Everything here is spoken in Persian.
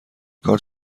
کار